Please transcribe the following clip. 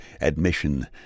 admission